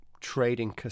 trading